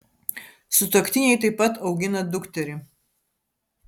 sutuoktiniai taip pat augina dukterį